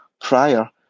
prior